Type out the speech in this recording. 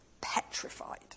petrified